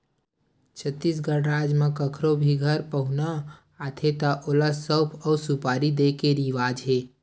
छत्तीसगढ़ राज म कखरो भी घर पहुना आथे त ओला सउफ अउ सुपारी दे के रिवाज हे